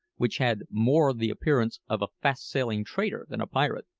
which had more the appearance of a fast-sailing trader than a pirate.